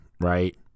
right